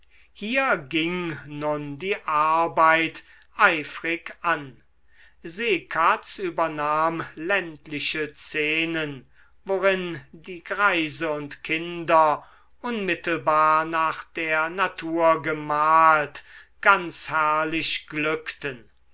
hier ging nun die arbeit eifrig an seekatz übernahm ländliche szenen worin die greise und kinder unmittelbar nach der natur gemalt ganz herrlich glückten